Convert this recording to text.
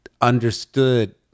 understood